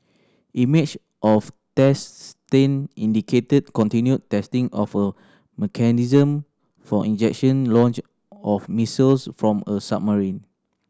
images of test stand indicated continued testing of a mechanism for ejection launch of missiles from a submarine